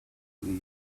will